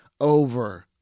over